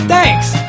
Thanks